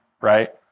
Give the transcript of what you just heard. right